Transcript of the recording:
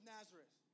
Nazareth